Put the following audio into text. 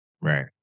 Right